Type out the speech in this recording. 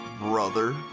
brother